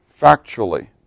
factually